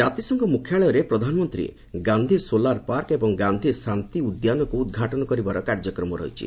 ଜାତିସଂଘ ମୁଖ୍ୟାଳୟରେ ପ୍ରଧାନମନ୍ତ୍ରୀ ଗାନ୍ଧୀ ସୋଲାର ପାର୍କ ଏବଂ ଗାନ୍ଧୀ ଶାନ୍ତି ଉଦ୍ୟାନକୁ ଉଦ୍ଘାଟନ କରିବାର କାର୍ଯ୍ୟକ୍ରମ ରହିଛି